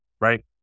Right